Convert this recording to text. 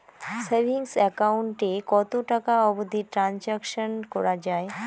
Savings account এ কতো টাকা অবধি ট্রানসাকশান করা য়ায়?